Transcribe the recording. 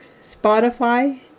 Spotify